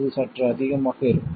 இது சற்று அதிகமாக இருக்கும்